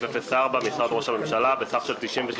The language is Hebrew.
04 משרד ראש הממשלה בסך של 96,473